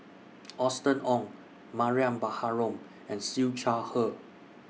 Austen Ong Mariam Baharom and Siew Shaw Her